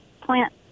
plant